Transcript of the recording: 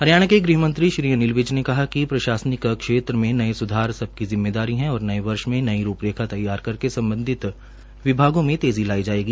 हरियाणा के गृहमंत्री अनिल विज ने कहा कि प्रशासनिक क्षेत्र में नये सुधार सबकी जिम्मेदारी है और नये वर्ष में नई रूपरेखा तैयार करके सम्बधित विभागों में तेज़ी लाई जायेगी